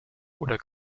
oder